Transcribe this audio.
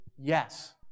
Yes